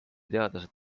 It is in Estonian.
teadlased